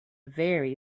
very